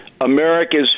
America's